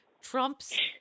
Trump's